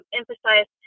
emphasize